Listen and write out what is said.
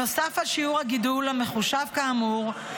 נוסף על שיעור הגידול המחושב כאמור,